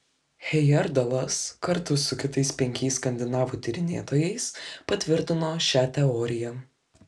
hejerdalas kartu su kitais penkiais skandinavų tyrinėtojais patvirtino šią teoriją